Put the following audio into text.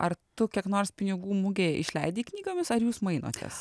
ar tu kiek nors pinigų mugėj išleidi knygomis ar jūs mainotės